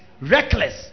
reckless